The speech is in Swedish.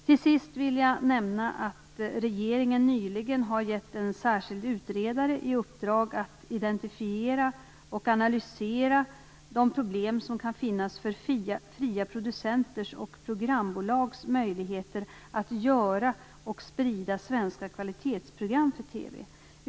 Till sist vill jag nämna att regeringen nyligen har gett en särskild utredare i uppdrag att identifiera och analysera de problem som kan finnas för fria producenters och programbolags möjligheter att göra och sprida svenska kvalitetsprogram för TV.